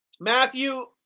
Matthew